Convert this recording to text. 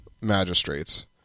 magistrates